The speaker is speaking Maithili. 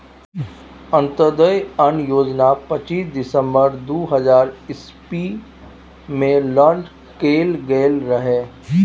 अंत्योदय अन्न योजना पच्चीस दिसम्बर दु हजार इस्बी मे लांच कएल गेल रहय